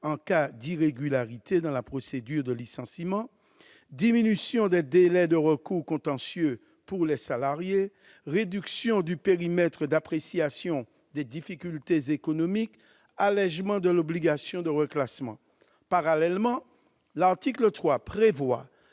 en cas d'irrégularité dans la procédure de licenciement, diminution des délais de recours contentieux pour les salariés, réduction du périmètre d'appréciation des difficultés économiques, allégement de l'obligation de reclassement. Parallèlement, l'article 3 prévoit